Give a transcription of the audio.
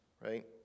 right